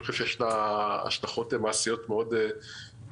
אני חושב שיש לה השלכות מעשיות מאוד מענייניות